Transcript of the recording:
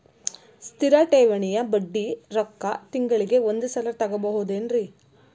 ಸ್ಥಿರ ಠೇವಣಿಯ ಬಡ್ಡಿ ರೊಕ್ಕ ತಿಂಗಳಿಗೆ ಒಂದು ಸಲ ತಗೊಬಹುದೆನ್ರಿ?